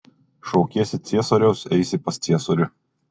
šaukiesi ciesoriaus eisi pas ciesorių